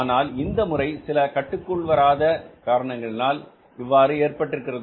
ஆனால் இந்த முறை சில கட்டுக்கு உள் வராத காரணங்களினால் இவ்வாறு ஏற்பட்டிருக்கிறது